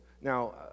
now